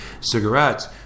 cigarettes